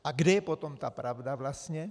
A kde je potom ta pravda vlastně?